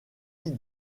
lie